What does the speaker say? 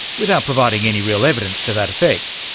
without providing any real evidence to that effect.